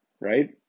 right